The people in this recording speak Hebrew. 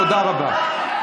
תודה רבה.